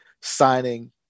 signing